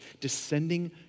descending